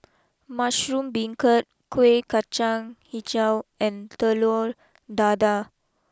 Mushroom Beancurd Kueh Kacang Hijau and Telur Dadah